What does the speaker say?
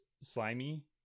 slimy